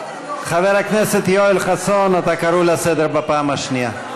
חבר הכנסת יואל חסון, אתה קרוא לסדר בפעם השנייה.